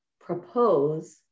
propose